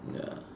ya